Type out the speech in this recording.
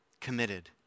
committed